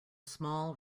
small